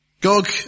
Gog